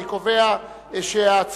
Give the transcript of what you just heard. אני קובע שההצעה